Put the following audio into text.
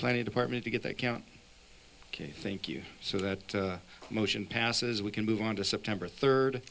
planning department to get the account ok thank you so that motion passes we can move on to september third